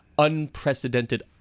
unprecedented